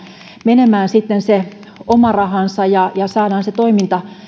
menemään se oma rahansa ja ja saadaan se toiminta